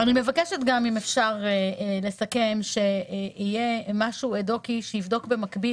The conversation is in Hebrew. אני מבקשת אם אפשר לסכם שיהיה משהו אד-הוק שיבדוק במקביל